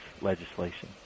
legislation